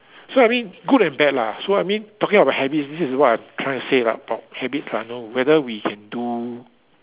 so I mean good and bad lah so I mean talking about habits this is what I was trying to say about habits lah whether we can do